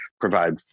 provide